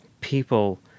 people